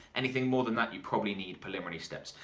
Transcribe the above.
anything more than that you probably need preliminary steps.